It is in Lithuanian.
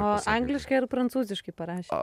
o angliškai ar prancūziškai parašė